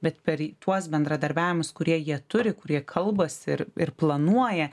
bet per tuos bendradarbiavimus kurie jie turi kur jie kalbasi ir ir planuoja